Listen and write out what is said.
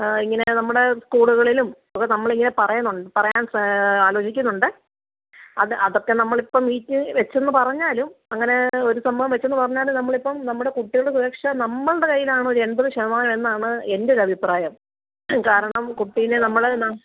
ആ ഇങ്ങനെ നമ്മുടെ സ്കൂളുകളിലും ഒക്കെ നമ്മളിങ്ങനെ പറയുന്നുണ്ട് പറയാൻ ആലോചിക്കുന്നുണ്ട് അത് അതൊക്കെ നമ്മളിപ്പം മീറ്റ് വെച്ചെന്ന് പറഞ്ഞാലും അങ്ങനെ ഒരു സംഭവം വെച്ചെന്ന് പറഞ്ഞാലും നമ്മളിപ്പം നമ്മുടെ കുട്ടിയുടെ സുരക്ഷ നമ്മളുടെ കയ്യിലാണ് ഒരെൺമ്പത് ശതമാനമെന്നാണ് എൻ്റെ ഒരഭിപ്രായം കാരണം കുട്ടീനെ നമ്മൾ ന